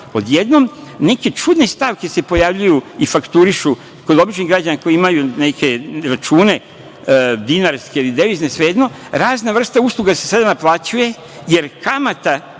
odjednom neke čudne stavke se pojavljuju i fakturišu kod običnih građana koji imaju neke račune, dinarske ili devizne, svejedno, razne vrste usluga se sada naplaćuje jer ne